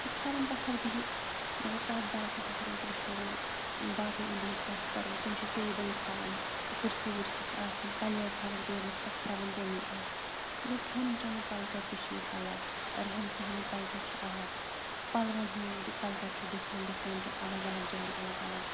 تہٕ کھٮ۪وان پَتھَر بِہِتھ مگر تَتھ برعکس اگر أسۍ وٕچھو وۄنۍ باقی اِنڈِہِچ کَتھ کرو تِم چھِ ٹیبٕل تھاوان کُرسی وُرسی چھِ آسان پَلیٹ تھاوان ٹیبلَس پٮ۪ٹھ کھٮ۪وان تمے آے گوٚو کھٮ۪ن چٮ۪نُک کَلچَر تہِ چھِ ییٚتہِ الگ ریہَن سہَنُک کَلچَر چھُ الگ پَلوَن ہُنٛد کَلچَر چھُ ڈِفرنٛٹ ڈِفرنٛٹ الگ الگ جایَن الگ الگ